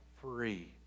free